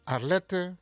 Arlette